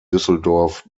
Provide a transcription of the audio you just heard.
düsseldorf